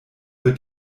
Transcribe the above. wird